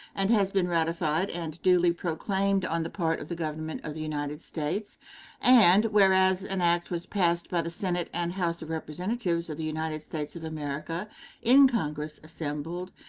and has been ratified and duly proclaimed on the part of the government of the united states and whereas an act was passed by the senate and house of representatives of the united states of america in congress assembled,